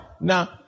Now